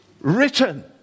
written